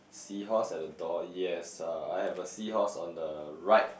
seahorse at the door yes uh I have a seahorse on the right